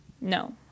No